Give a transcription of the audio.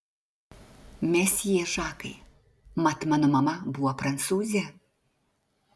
mesjė žakai mat mano mama buvo prancūzė